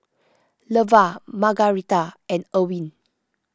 Leva Margaretha and Erwin